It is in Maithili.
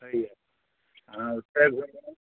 होइए हँ